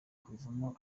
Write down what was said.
kubivamo